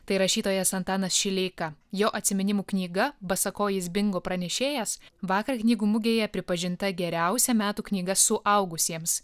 tai rašytojas antanas šileika jo atsiminimų knyga basakojis bingo pranešėjas vakar knygų mugėje pripažinta geriausia metų knyga suaugusiems